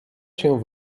się